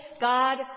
God